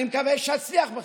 אני מקווה שאצליח בכך.